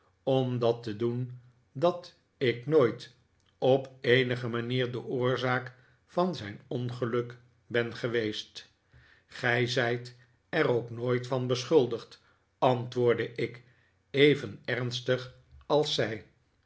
om dat te doen dat ik nooit op eenige manier de oorzaak van zijn ongeluk ben geweest gij zijt er ook nooit van beschuldigd antwoordde ik even ernstig als zij